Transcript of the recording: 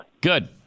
Good